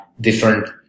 different